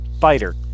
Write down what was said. fighter